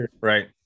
Right